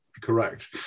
correct